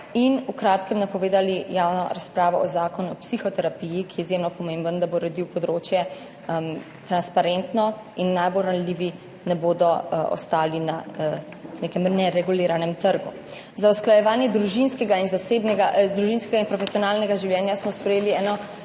in v kratkem napovedali javno razpravo o zakonu o psihoterapiji, ki je izjemno pomemben, da bo transparentno uredil področje in najbolj ranljivi ne bodo ostali na nekem nereguliranem trgu. Za usklajevanje družinskega in profesionalnega življenja smo sprejeli